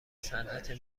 صنعت